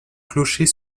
clocher